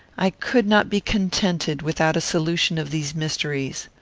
i could not be contented without a solution of these mysteries.